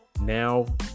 now